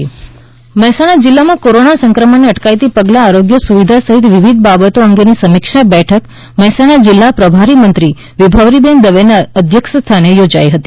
મહેસાણા બેઠક મહેસાણા જીલ્લામાં કોરોના સંક્રમણ અટકાયતી પગલાં આરોગ્ય સુવિધા સહિત વિવિધ બાબતે અંગેની સમીક્ષા બેઠક મહેસાણા જીલ્લા પ્રભારી મંત્રી વિભાવરીબેન દવેના અધ્યક્ષસ્થાને યાજાઇ હતી